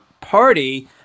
party